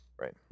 Right